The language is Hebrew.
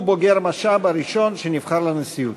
הוא בוגר מש"ב הראשון שנבחר לנשיאות.